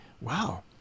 wow